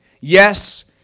yes